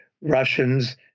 Russians